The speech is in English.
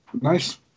Nice